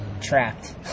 trapped